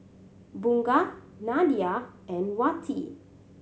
Bunga Nadia and Wati